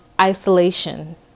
isolation